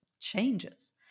changes